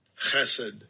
chesed